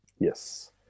Yes